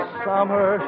summer